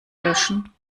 löschen